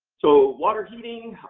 so, water heating.